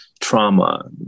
trauma